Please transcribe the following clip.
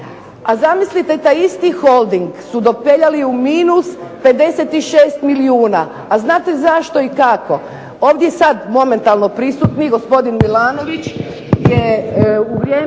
a zamislite taj isti Holding su dopeljali u minus 56 milijuna. A znate zašto i kako? Ovdje sad momentalno prisutni gospodin Milanović